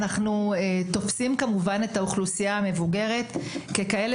אנחנו תופסים את האוכלוסייה המבוגרת ככזו